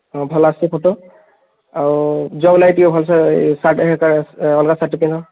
ହଁ ଭଲ୍ ଆସୁଛେ ଫଟୋ ଆଉ ଯଅ ଲାଇଟ୍ ଅଲଗା ସାର୍ଟଟେ ପିନ୍ଧ